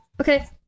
okay